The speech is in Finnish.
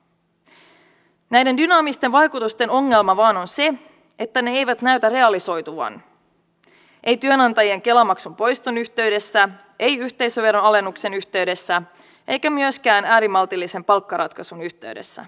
näiden dynaamisten vaikutusten ongelma vain on se että ne eivät näytä realisoituvan ei työnantajien kela maksun poiston yhteydessä ei yhteisöveron alennuksen yhteydessä eikä myöskään äärimaltillisen palkkaratkaisun yhteydessä